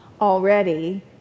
already